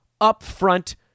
upfront